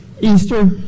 Easter